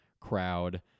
crowd